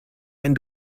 wenn